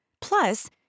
Plus